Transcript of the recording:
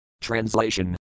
Translation